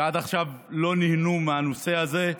שעד עכשיו לא נהנו מהנושא הזה.